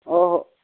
ꯑꯣ ꯍꯣ